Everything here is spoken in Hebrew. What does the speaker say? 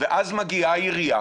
ואז מגיעה העירייה